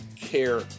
care